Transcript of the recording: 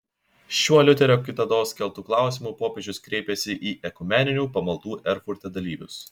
šiuo liuterio kitados keltu klausimu popiežius kreipėsi į ekumeninių pamaldų erfurte dalyvius